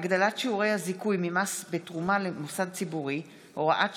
(הגדלת שיעור הזיכוי ממס בתרומה למוסד ציבורי) (הוראת שעה),